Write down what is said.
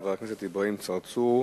חבר הכנסת אברהים צרצור,